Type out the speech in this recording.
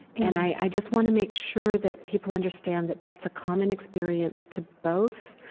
and i just want to make sure that people understand that that's a common experience to both